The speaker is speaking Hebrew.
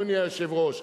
אדוני היושב-ראש.